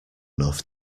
enough